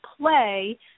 play